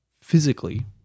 physically